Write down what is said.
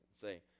say